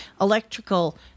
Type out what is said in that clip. electrical